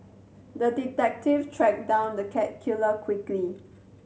the detective tracked down the cat killer quickly